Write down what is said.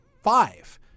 five